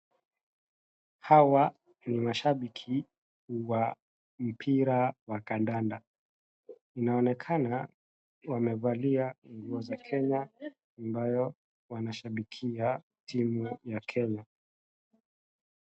Hawa ni mashambiki wa mpira wa kadanda. Inaonekana wamevalia nguo za Kenya ambayo wanashambikia timu ya Kenya.